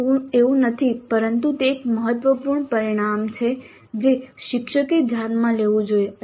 તે એવું નથી પરંતુ તે એક મહત્વપૂર્ણ પરિમાણ છે જે શિક્ષકે ધ્યાનમાં લેવું જોઈએ